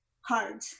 hard